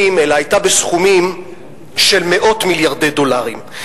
אלא היתה בסכומים של מאות מיליארדי דולרים.